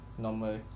Normal